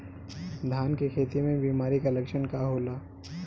धान के खेती में बिमारी का लक्षण का होला?